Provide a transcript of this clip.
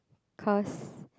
cause